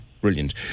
brilliant